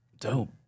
Dope